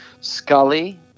Scully